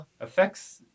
affects